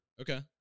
Okay